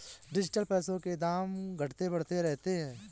digital पैसों के दाम घटते बढ़ते रहते हैं